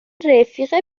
رفیق